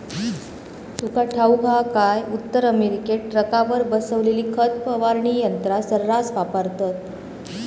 तुका ठाऊक हा काय, उत्तर अमेरिकेत ट्रकावर बसवलेली खत फवारणी यंत्रा सऱ्हास वापरतत